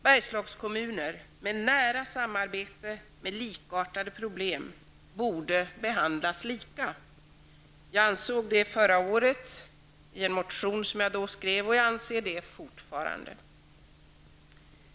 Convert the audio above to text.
Bergslagskommuner med nära samarbete och likartade problem borde behandlas lika. Jag ansåg det förra året i en motion som jag då skrev och jag anser det fortfarande.